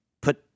put